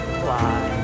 fly